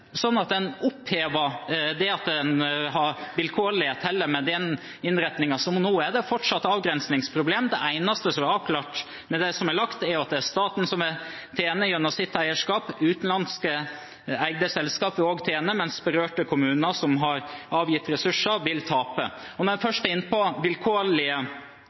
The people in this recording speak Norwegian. sånn at en opphever det at en har vilkårlighet heller med den innretningen, så nå er det fortsatt avgrensningsproblem. Det eneste som er avklart med det som er lagt, er at det er staten som tjener gjennom sitt eierskap. Utenlandsk eide selskap vil også tjene, mens berørte kommuner som har avgitt ressurser, vil tape. Og når jeg først er inne på